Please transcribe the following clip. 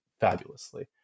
fabulously